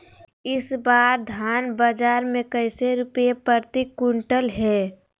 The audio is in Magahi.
इस बार धान बाजार मे कैसे रुपए प्रति क्विंटल है?